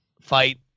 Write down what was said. fight